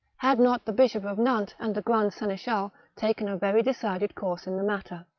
had not the bishop of nantes and the grand seneschal taken a very decided course in the matter.